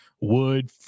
Wood